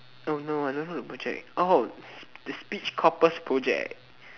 oh no I don't know the project oh the speech corpus project